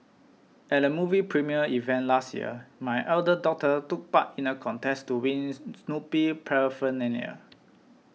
at a movie premiere event last year my elder daughter took part in a contest to wins Snoopy paraphernalia